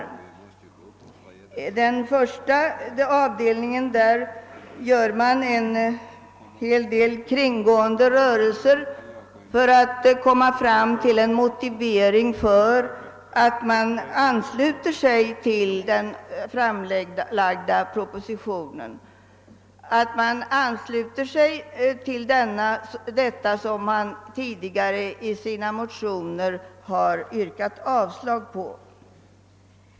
I den första avdelningen gör man en hel del kringgående rörelser för att komma fram till en motivering för att man ansluter sig till den framlagda propositionen — att man ansluter sig till vad man tidigare i sina motioner har yrkat avslag på.